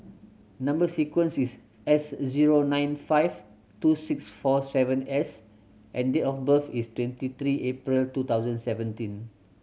number sequence is S zero nine five two six four seven S and date of birth is twenty three April two thousand seventeen